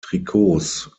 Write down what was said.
trikots